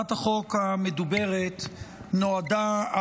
הצעת החוק המדובר נועדה,